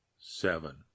seven